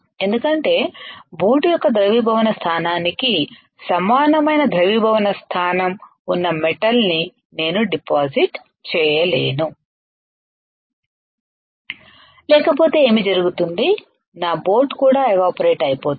ఎందుకంటే బోట్ యొక్క ద్రవీభవన స్థానానికి సమానమైన ద్రవీభవన స్థానం ఉన్న మెటల్ ని నేను డిపాజిట్ చేయలేను లేకపోతే ఏమి జరుగుతుంది నా బోట్ కూడా ఎవాపరేట్ అయిపోతుంది